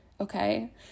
okay